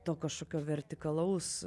to kažkokio vertikalaus